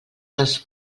dels